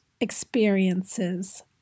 experiences